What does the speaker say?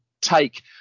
take